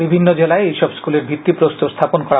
বিভিন্ন জেলায় এইসব স্কুলের ভিত্তিপ্রস্তর স্থাপন করা হয়